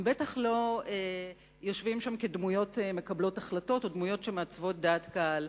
הם בטח לא יושבים שם כדמויות מקבלות החלטות או דמויות שמעצבות דעת קהל.